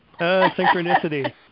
Synchronicity